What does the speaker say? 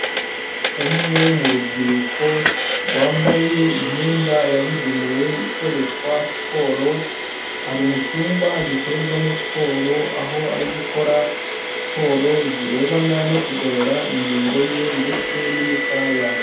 Umwe mu rubyiruko rwambaye imyenda yabugenewe ikoreshwa siporo ari mu cyumba gikorerwamo siporo, aho ari gukora siporo zirebana no kugorora ingingo ye ndetse n'imikaya.